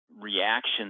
reaction